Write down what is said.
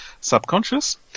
subconscious